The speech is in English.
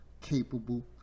capable